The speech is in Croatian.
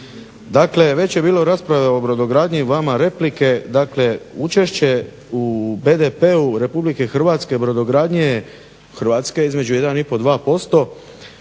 Dakle, već je bilo rasprave o brodogradnji, vama replike. Dakle, učešće u BDP-u Republike Hrvatske brodogradnje Hrvatske između 1 i pol, 2% dok